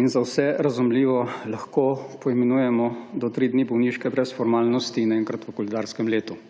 in za vse razumljivo lahko poimenujemo do 3 dni bolniške brez formalnosti enkrat v koledarskem letu.